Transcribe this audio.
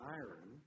iron